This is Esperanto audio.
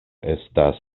estas